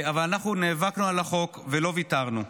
אבל אנחנו נאבקנו על החוק ולא ויתרנו.